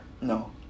No